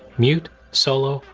mute, solo,